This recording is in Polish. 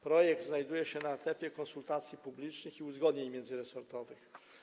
Projekt znajduje się na etapie konsultacji publicznych i uzgodnień międzyresortowych.